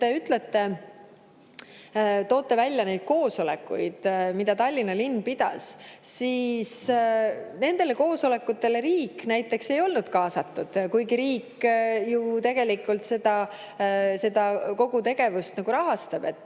punkt. Te toote välja neid koosolekuid, mida Tallinna linn pidas. Nendele koosolekutele riik näiteks ei olnud kaasatud, kuigi riik ju tegelikult kogu seda tegevust nagu rahastab.